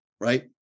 Right